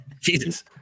Jesus